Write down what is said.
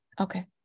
Okay